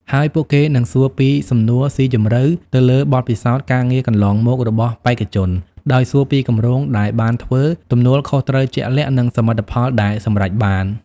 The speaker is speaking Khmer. ហើយពួកគេនឹងសួរពីសំណួរសុីជម្រៅទៅលើបទពិសោធន៍ការងារកន្លងមករបស់បេក្ខជន ដោយសួរពីគម្រោងដែលបានធ្វើ ទំនួលខុសត្រូវជាក់លាក់ និងសមិទ្ធផលដែលសម្រេចបាន។